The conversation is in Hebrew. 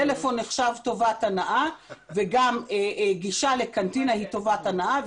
טלפון נחשב טובת הנאה וגם גישה לקנטינה היא טובת הנאה.